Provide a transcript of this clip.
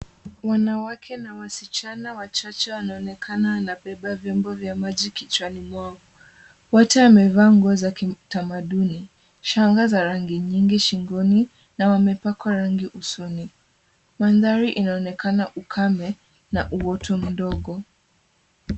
Wanawake na wasichana wachache wanaonekana wamebeba vyombo vya maji kichwani mwao. Wote wamevaa nguo za kitamaduni na shanga za rangi nyingi shingoni na wamepakwa ranginusoni. Mandhario unaonekana ukame na uoto mdogo.